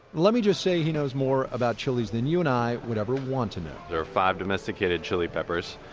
let me just say he knows more about chilies than you and i would ever want to know there are five domesticated chili peppers.